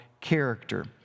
character